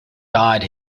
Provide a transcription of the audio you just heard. died